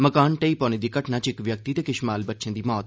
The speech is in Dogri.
मकान ढहेई पौने दी घटना च इक व्यक्ति ते किश माल बच्छें दी मौत